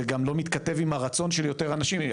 גם לא מתכתב עם הרצון של יותר אנשים.